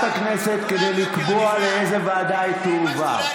כדי לקבוע לאיזו ועדה היא תועבר.